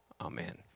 Amen